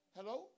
Hello